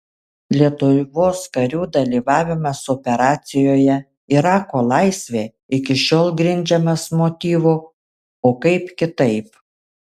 lietuvos karių dalyvavimas operacijoje irako laisvė iki šiol grindžiamas motyvu o kaip kitaip